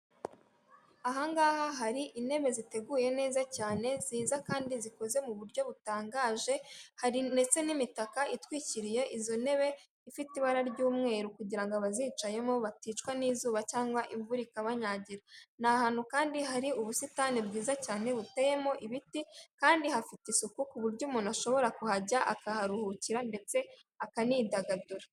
Ahangaha hari intebe ziteguye neza cyane ziza kandi zikoze mu buryo butangaje hari ndetse n'imitaka itwikiriye izo ntebe ifite ibara ry'umweru kugira ngo abazicayemo baticwa n'izuba cyangwa imvura ikabanyagira, ni ahantu kandi hari ubusitani bwiza cyane buteyemo ibiti kandi hafite isuku ku buryo umuntu ashobora kuhajya akaharuhukira ndetse akanidagadura.